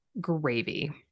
gravy